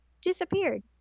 disappeared